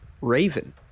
Raven